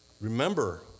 remember